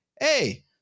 hey